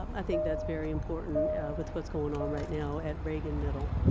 um i think that's very important with what's going on right now at reagan middle.